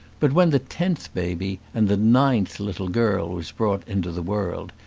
but when the tenth baby, and the ninth little girl, was brought into the world,